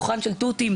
דוכן של תותים,